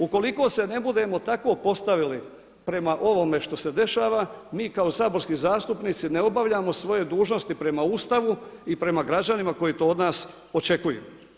Ukoliko se ne budemo tako postavili prema ovome što se dešava mi kako saborski zastupnici ne obavljamo svoje dužnosti prema Ustavu i prema građanima koji to od nas očekuju.